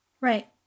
right